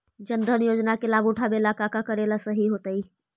जन धन योजना के लाभ उठावे ला का का करेला सही होतइ?